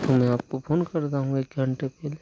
तो मैं आपको फ़ोन करता हूँ एक घंटे के लिए